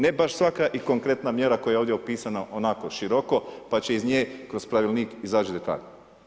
Ne baš svaka i konkretna mjera koja je ovdje opisana, ovako široko pa će iz nje kroz pravilnik izaći detalji.